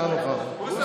אינה נוכחת,